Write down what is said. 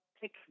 pick